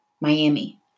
Miami